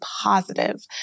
positive